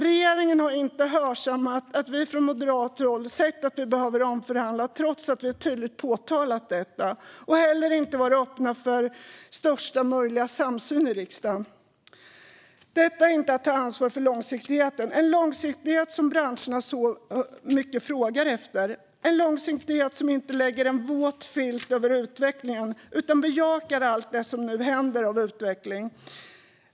Regeringen har inte hörsammat att vi från moderat håll sett att vi behöver omförhandla, trots att vi tydligt har påpekat detta, och heller inte varit öppen för största möjliga samsyn i riksdagen. Detta är inte att ta ansvar för långsiktigheten - en långsiktighet som branscherna i så hög grad frågar efter och som inte lägger en våt filt över utvecklingen utan bejakar all den utveckling som nu äger rum.